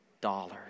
dollars